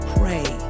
pray